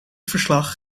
verslag